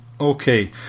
Okay